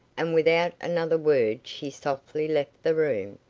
and without another word she softly left the room,